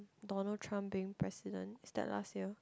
Donald-Trump being president is that last year